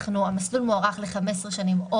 אנחנו המסלול מוארך ל-15 שנים,